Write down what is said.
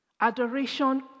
Adoration